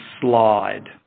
slide